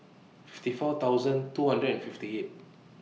fifty four thousand two hundred and fifty eight